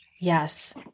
Yes